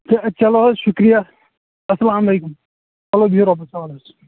تہٕ چَلو حظ شُکرِیا اَسلام علیکُم چَلو بِہِو رۄبِس حَوال